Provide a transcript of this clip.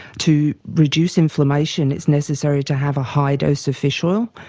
to reduce inflammation it's necessary to have a high dose of fish oil.